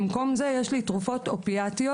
במקום זה יש לי תרופות אופיאטיות,